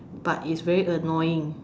but it's very annoying